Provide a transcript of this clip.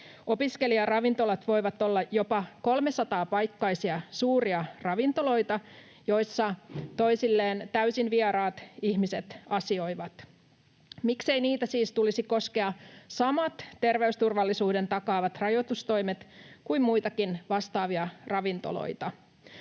Opiskelijaravintolat voivat olla jopa 300-paikkaisia suuria ravintoloita, joissa toisilleen täysin vieraat ihmiset asioivat. Miksei niitä siis tulisi koskea samat terveysturvallisuuden takaavat rajoitustoimet kuin muitakin vastaavia ravintoloita?